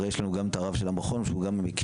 הרי יש לנו גם את הרב של המכון שהוא גם במקרה